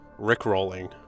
Rickrolling